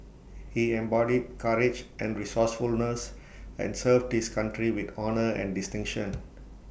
he embodied courage and resourcefulness and served his country with honour and distinction